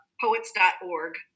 poets.org